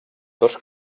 dos